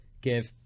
give